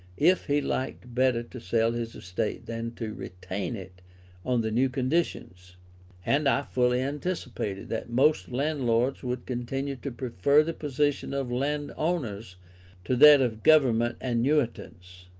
if he liked better to sell his estate than to retain it on the new conditions and i fully anticipated that most landlords would continue to prefer the position of landowners to that of government annuitants,